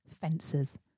Fences